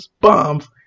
bombs